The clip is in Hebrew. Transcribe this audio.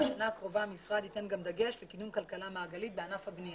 בשנה הקרובה המשרד ייתן גם דגש לקידום כלכלה מעגלית בענף הבנייה.